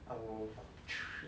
I will